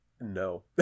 No